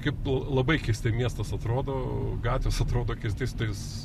kaip labai keistai miestas atrodo gatvės atrodo keistai su tais